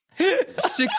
six